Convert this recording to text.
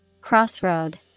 Crossroad